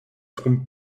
trompes